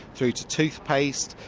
through to toothpaste,